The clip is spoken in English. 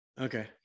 okay